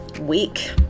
week